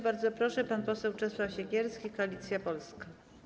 Bardzo proszę, pan poseł Czesław Siekierski, Koalicja Polska.